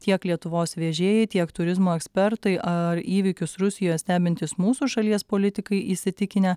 tiek lietuvos vežėjai tiek turizmo ekspertai ar įvykius rusijoje stebintys mūsų šalies politikai įsitikinę